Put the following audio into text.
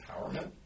Empowerment